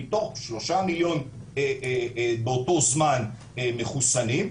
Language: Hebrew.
מתוך 3 מיליון באותו זמן מחוסנים,